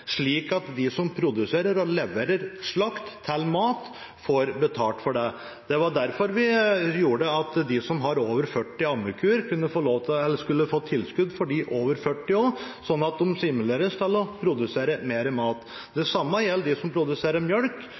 slik at de som produserer og leverer slakt til mat, får betalt for det. Det var derfor vi gjorde det slik at de som har over 40 ammekuer, skulle få tilskudd for de over 40 også, sånn at de stimuleres til å produsere mer mat. Det samme gjelder de som produserer